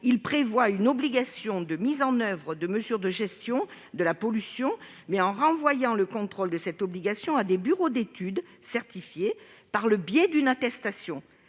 prévoit une obligation de mise en oeuvre de mesures de gestion de la pollution, mais en renvoyant le contrôle de cette obligation à des bureaux d'études certifiés par le biais d'une attestation.